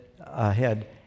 ahead